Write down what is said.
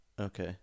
Okay